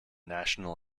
national